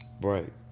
Right